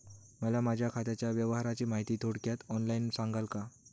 मला माझ्या खात्याच्या व्यवहाराची माहिती थोडक्यात ऑनलाईन सांगाल का?